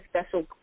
special